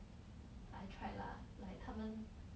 I tried lah like 他们